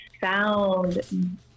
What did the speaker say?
found